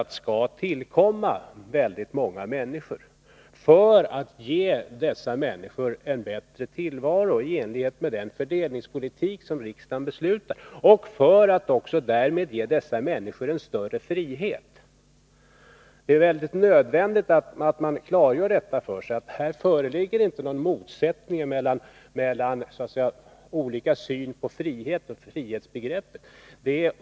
Det gäller stöd som i enlighet med den fördelningspolitik riksdagen har fastställt skall tillkomma väldigt många människor för att ge dem en bättre tillvaro och för att därigenom också ge dem en större frihet. Det är nödvändigt att man klargör för sig att det här inte föreligger någon motsättning mellan olika syn på frihet och frihetsbegreppet.